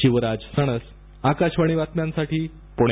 शिवराज सणस आकाशवाणी बातम्यांसाठी पुणे